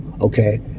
Okay